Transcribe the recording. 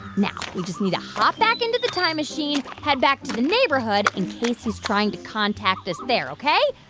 now we just need to hop back into the time machine, head back to the neighborhood in case he's trying to contact us there, ok?